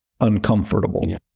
uncomfortable